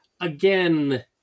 again